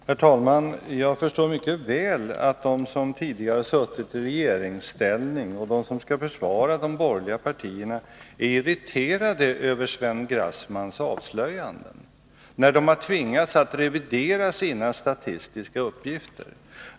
Herr talman! Jag förstår mycket väl att de som tidigare har, suttit i regeringsställning och de som skall försvara de borgerliga partierna är irriterade över Sven Grassmans avslöjanden, när de har tvingats att revidera sina statistiska uppgifter.